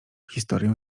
historię